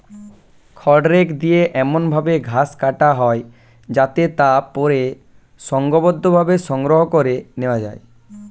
খড় রেক দিয়ে এমন ভাবে ঘাস কাটা হয় যাতে তা পরে সংঘবদ্ধভাবে সংগ্রহ করে নেওয়া যায়